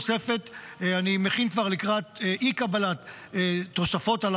אני מכין כבר לקראת אי-קבלת תוספות על